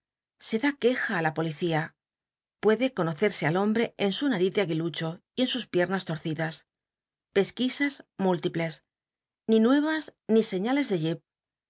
se da queja i la policía puede conocerse al hombc en sn nariz do t uilucho y en sus picl'llas lorcidas pesquisas múltiples ni nuevas ni ciíalcs de